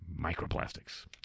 Microplastics